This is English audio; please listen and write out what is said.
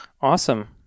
Awesome